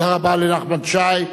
תודה רבה לנחמן שי.